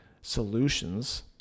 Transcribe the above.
solutions